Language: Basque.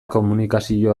komunikazio